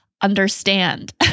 understand